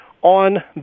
On